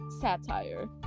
satire